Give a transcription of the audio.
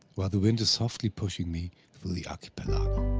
while the wind is softly pushing me through the archipelago.